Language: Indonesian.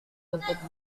untuk